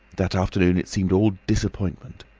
that afternoon it seemed all disappointment.